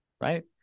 Right